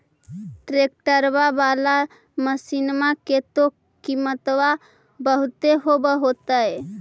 ट्रैक्टरबा बाला मसिन्मा के तो किमत्बा बहुते होब होतै?